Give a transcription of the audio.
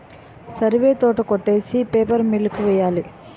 సరివే తోట కొట్టేసి paper mill కి వెయ్యాలి